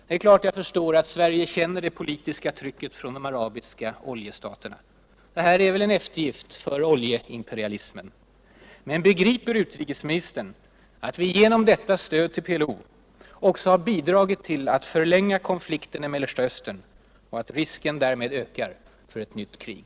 Det är klart att jag förstår att Sverige känner det politiska trycket från oljestaterna. Det här är väl en eftergift åt oljeimperialismen. Men begriper utrikesministern att vi genom detta stöd till PLO också har bidragit till att förlänga konflikten i Mellersta Östern och att risken därmed ökar för ett nytt krig?